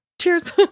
Cheers